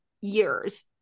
years